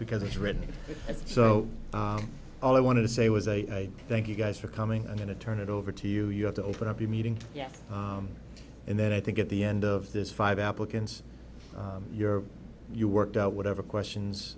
because it's written so all i wanted to say was i thank you guys for coming i'm going to turn it over to you you have to open up the meeting yes and then i think at the end of this five applicants you're you worked out whatever questions